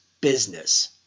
business